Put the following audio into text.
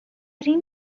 این